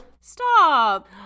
Stop